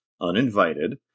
uninvited